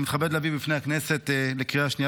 אני מתכבד להביא בפני הכנסת לקריאה השנייה